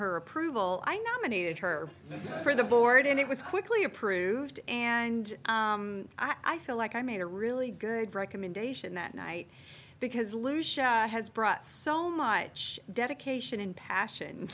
her approval i nominated her for the board and it was quickly approved and i feel like i made a really good recommendation that night because lucia has brought so much dedication and passion